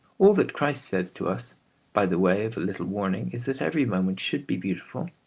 all that christ says to us by the way of a little warning is that every moment should be beautiful,